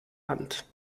hand